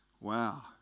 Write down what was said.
Wow